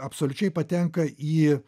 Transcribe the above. absoliučiai patenka į